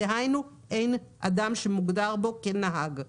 דהיינו אין אדם שמוגדר בו כנהג.